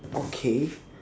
okay